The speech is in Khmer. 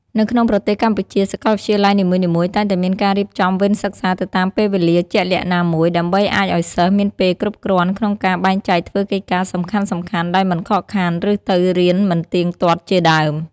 នៅក្នុងប្រទេសកម្ពុជា សកលវិទ្យាល័យនីមួយៗតែងមានការរៀបចំវេនសិក្សាទៅតាមពេលវេលាជាក់លាក់ណាមួយ ដើម្បីអាចឱ្យសិស្សមានពេលគ្រប់គ្រាន់ក្នុងការបែងចែកធ្វើកិច្ចការសំខាន់ៗដោយមិនខកខានឫទៅរៀនមិនទៀងទាត់ជាដើម។